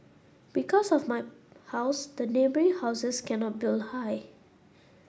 because of my house the neighbouring houses cannot build high